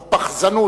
או פחזנות,